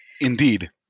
Indeed